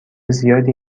زیادی